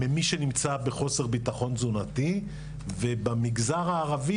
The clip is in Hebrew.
ממי שנמצא בחוסר ביטחון תזונתי ובמגזר הערבי